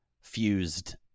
fused